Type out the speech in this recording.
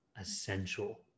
essential